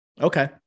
Okay